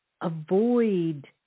avoid